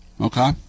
Okay